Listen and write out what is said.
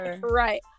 Right